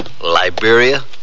Liberia